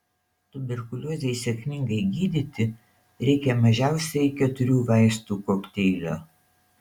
tuberkuliozei sėkmingai gydyti reikia mažiausiai keturių vaistų kokteilio